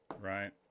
right